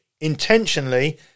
intentionally